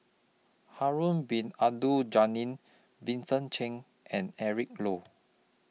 Harun Bin Abdul Ghani Vincent Cheng and Eric Low